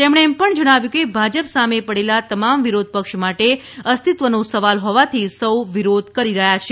તેમણે એમ પણ જણાવ્યું કે ભાજપ સામે પડેલા તમામ વિરોધ પક્ષ માટે અસ્તિત્વનો સવાલ હોવાથી સૌ વિરોધ કરી રહ્યા છે